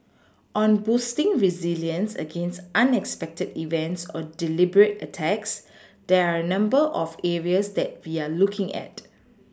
on boosting resilience against unexpected events or deliberate attacks there are a number of areas that we are looking at